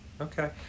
okay